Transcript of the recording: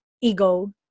ego